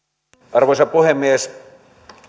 arvoisa puhemies